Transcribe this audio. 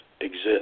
exist